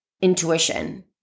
intuition